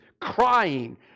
crying